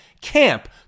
camp